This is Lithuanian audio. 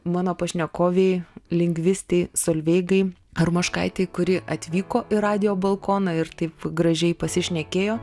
mano pašnekovei lingvistei solveigai armoškaitei kuri atvyko į radijo balkoną ir taip gražiai pasišnekėjo